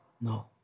No